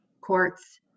courts